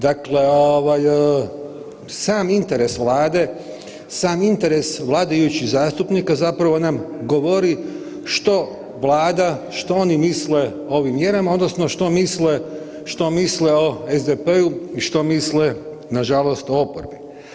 Dakle, ovaj, sam interes Vlade, sam interes vladajućih zastupnika zapravo nam govori što Vlada, što oni misle o ovim mjerama, odnosno što misle o SDP-u i što misle nažalost o oporbi.